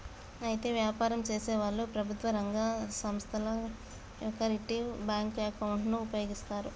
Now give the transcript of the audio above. అయితే వ్యాపారం చేసేవాళ్లు ప్రభుత్వ రంగ సంస్థల యొకరిటివ్ బ్యాంకు అకౌంటును ఉపయోగిస్తారు